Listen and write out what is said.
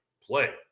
play